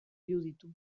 iruditu